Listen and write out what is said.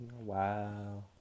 wow